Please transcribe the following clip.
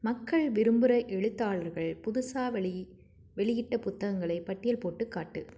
மக்கள் விரும்புகிற எழுத்தாளர்கள் புதுசாக வெளியிட்ட புத்தகங்களை பட்டியல்போட்டு காட்டு